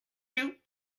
you